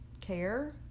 care